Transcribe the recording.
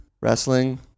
Wrestling